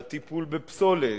לטיפול בפסולת,